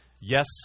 Yes